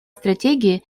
стратегии